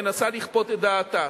מנסה לכפות את דעתה.